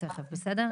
תיכף, בסדר?